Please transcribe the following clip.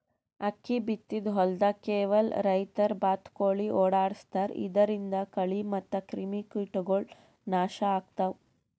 ಅಕ್ಕಿ ಬಿತ್ತಿದ್ ಹೊಲ್ದಾಗ್ ಕೆಲವ್ ರೈತರ್ ಬಾತ್ಕೋಳಿ ಓಡಾಡಸ್ತಾರ್ ಇದರಿಂದ ಕಳಿ ಮತ್ತ್ ಕ್ರಿಮಿಕೀಟಗೊಳ್ ನಾಶ್ ಆಗ್ತಾವ್